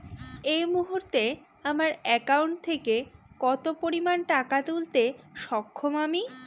এই মুহূর্তে আমার একাউন্ট থেকে কত পরিমান টাকা তুলতে সক্ষম আমি?